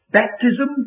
baptism